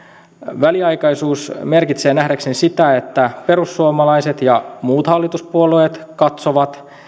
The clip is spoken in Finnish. väliaikaisuus merkitsee nähdäkseni sitä että perussuomalaiset ja muut hallituspuolueet katsovat